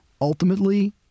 ultimately